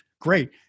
Great